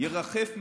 ירחף מעלינו,